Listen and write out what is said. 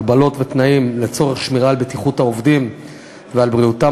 הגבלות ותנאים לצורך שמירה על בטיחות העובדים ועל בריאותם.